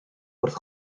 wrth